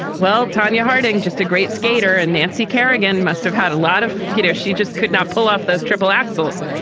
well, tonya harding, just a great skater, and nancy kerrigan must have had a lot of good hair. she just could not pull off those triple axles.